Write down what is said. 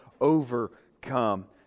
overcome